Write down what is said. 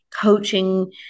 coaching